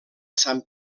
sant